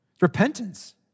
Repentance